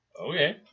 Okay